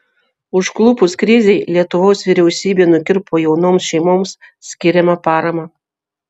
užklupus krizei lietuvos vyriausybė nukirpo jaunoms šeimoms skiriamą paramą